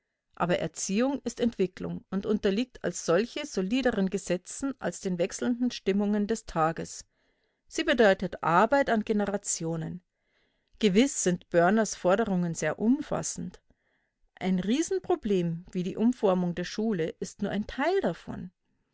aber erziehung ist entwicklung und unterliegt als solche solideren gesetzen als den wechselnden stimmungen des tages sie bedeutet arbeit an generationen gewiß sind börners forderungen sehr umfassend ein riesenproblem wie die umformung der schule ist nur ein teil davon